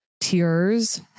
tears